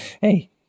Hey